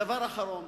הדבר האחרון